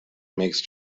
makes